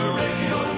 radio